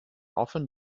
often